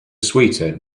sweeter